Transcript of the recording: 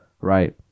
Right